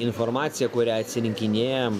informaciją kurią atsirinkinėjame